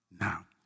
now